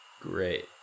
Great